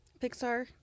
Pixar